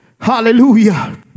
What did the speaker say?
Hallelujah